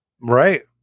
Right